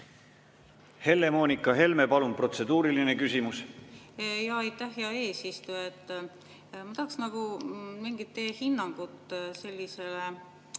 Helle-Moonika Helme, palun, protseduuriline küsimus! Aitäh, hea eesistuja! Ma tahaks nagu mingit teie hinnangut sellisele